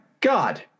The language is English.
God